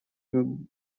между